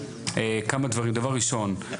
כמה דברים, דבר ראשון,